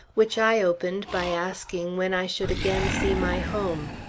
which i opened by asking when i should again see my home.